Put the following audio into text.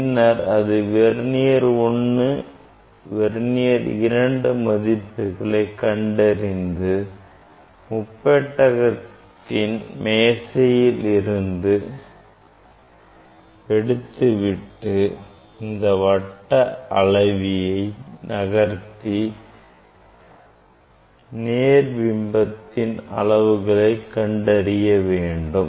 பின்னர் அதன் வெர்னியர் 1 மற்றும் வெர்னியர் 2 மதிப்புகளை கண்டறிந்த பின்பு முப்பெட்டகத்தின் மேசையில் இருந்து எடுத்துவிட்டு இந்த வட்ட அளவியை நகர்த்தி நேர் பிம்ப அளவுகளை கண்டறிய வேண்டும்